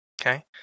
Okay